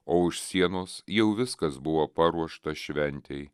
o už sienos jau viskas buvo paruošta šventei